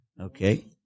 Okay